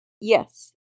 Yes